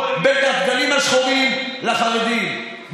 בין הדגלים השחורים לחרדים,